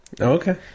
okay